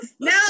Now